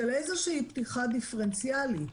של איזושהי פתיחה דיפרנציאלית,